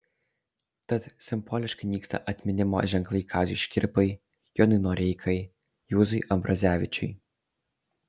tad simboliškai nyksta atminimo ženklai kaziui škirpai jonui noreikai juozui ambrazevičiui